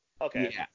Okay